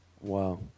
Wow